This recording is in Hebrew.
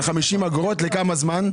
על 50 אגורות, לכמה זמן?